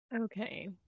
Okay